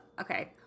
okay